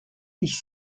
sich